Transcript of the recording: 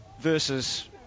versus